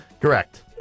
Correct